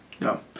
No